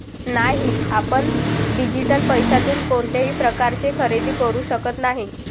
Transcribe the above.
नाही, आपण डिजिटल पैशातून कोणत्याही प्रकारचे खरेदी करू शकत नाही